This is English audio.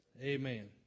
amen